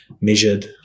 measured